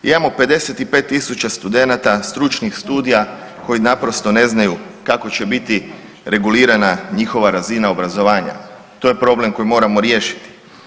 Imamo 55.000 studenata stručnih studija koji naprosto ne znaju kako će biti regulirana njihova razina obrazovanja, to je problem koji moramo riješiti.